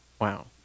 Wow